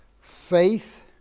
faith